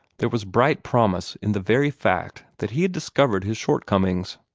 there was bright promise in the very fact that he had discovered his shortcomings.